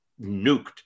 nuked